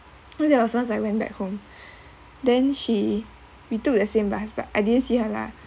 once there was once I went back home then she we took the same bus but I didn't see her lah